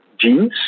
genes